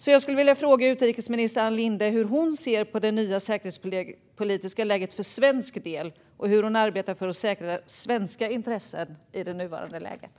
Hur ser utrikesminister Ann Linde på det nya säkerhetspolitiska läget för svensk del, och hur arbetar hon för att säkra svenska intressen i det nuvarande läget?